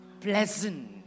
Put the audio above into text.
pleasant